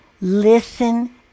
Listen